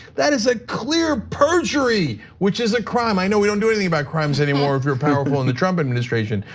that is a clear perjury, which is a crime. i know we don't do anything about crimes anymore if you're powerful in the trump administration.